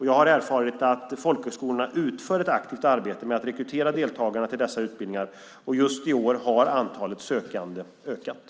Jag har erfarit att folkhögskolorna utför ett aktivt arbete med att rekrytera deltagarna till dessa utbildningar, och just i år har antalet sökande ökat.